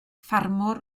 ffarmwr